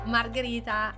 Margherita